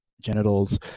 genitals